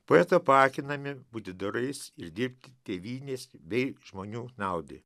poeto paakinami būti dorais ir dirbti tėvynės bei žmonių naudai